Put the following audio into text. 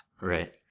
Right